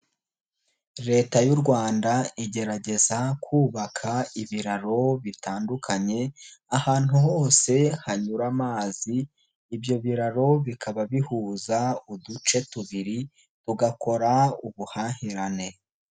Leta y'u Rwanda, igerageza kubaka ibiraro bitandukanye, ahantu hose hanyura amazi, ibyo biraro bikaba bihuza uduce tubiri tugakora ubuhahirane.